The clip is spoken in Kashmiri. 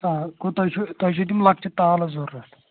آ کوٗتاہ چھُ تۄہہِ چھِ تِم لۄکچہِ تالہٕ ضروٗرت